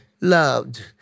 loved